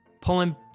pulling